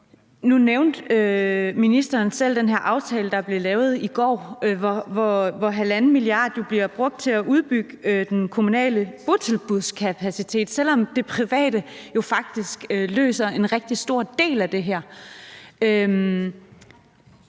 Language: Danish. Nu nævnte ministeren selv den her aftale, der blev lavet i går, hvormed 1,5 mia. kr. bliver brugt til at udbygge den kommunale botilbudskapacitet, selv om det private jo faktisk løser en rigtig stor del af den her